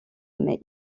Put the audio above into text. mais